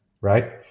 right